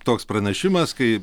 toks pranešimas kai